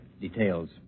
details